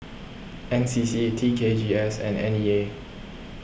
N C C T K G S and N E A